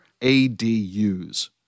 ADUs